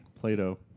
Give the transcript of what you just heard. Plato